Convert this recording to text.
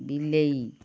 ବିଲେଇ